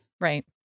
Right